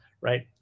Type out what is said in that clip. right